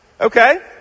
Okay